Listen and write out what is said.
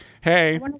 hey